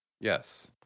Yes